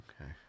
Okay